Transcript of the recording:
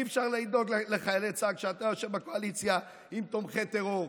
אי-אפשר לדאוג לחיילי צה"ל כשאתה יושב בקואליציה עם תומכי טרור.